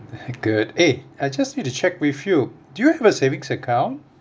uh good eh I just need to check with you do you have a savings account